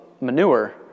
manure